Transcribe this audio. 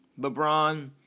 LeBron